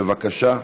בבקשה.